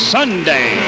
Sunday